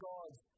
God's